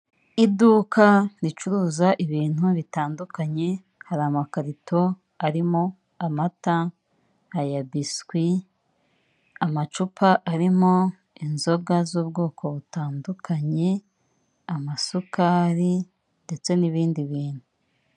Iduka ricuruza ibintu bitandukanye, hari amakarito arimo amata, aya biswi, amacupa arimo inzoga z'ubwoko butandukanye, amasukari ndetse n'ibindi bintu.